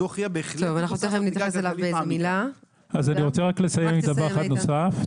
אני רוצה לסיים בדבר נוסף.